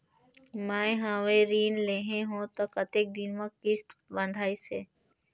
मैं हवे ऋण लेहे हों त कतेक दिन कर किस्त बंधाइस हे?